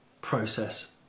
process